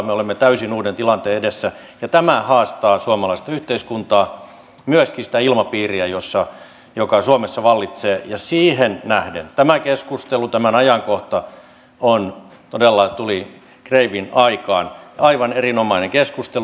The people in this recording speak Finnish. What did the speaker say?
me olemme täysin uuden tilanteen edessä ja tämä haastaa suomalaista yhteiskuntaa myöskin sitä ilmapiiriä joka suomessa vallitsee ja siihen nähden tämä keskustelu tämän ajankohta todella tuli kreivin aikaan aivan erinomainen keskustelu